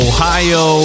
Ohio